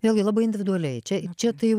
vėlgi labai individualiai čia čia tai jau